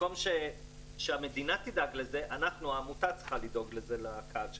במקום שהמדינה תדאג לזה אנחנו העמותה צריכה לדאוג לזה לקהל שלנו.